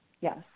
Yes